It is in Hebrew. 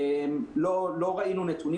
לא ראינו נתונים